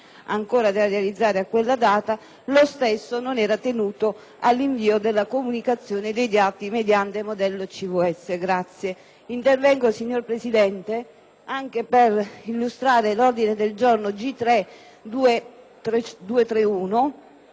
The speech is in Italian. ancora da realizzare a quella data, lo stesso non era tenuto all'invio della comunicazione dei dati mediante modello CVS. Intervengo, signor Presidente, anche per illustrare l'ordine del giorno G3.231,